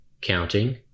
counting